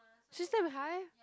she slept in hive